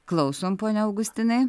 klausom pone augustinai